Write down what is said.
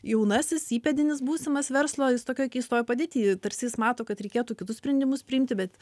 jaunasis įpėdinis būsimas verslo jis tokioj keistoj padėty tarsi jis mato kad reikėtų kitus sprendimus priimti bet